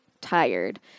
tired